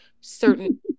certain